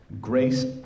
grace